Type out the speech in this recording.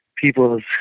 people's